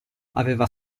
aveva